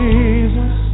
Jesus